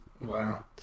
Wow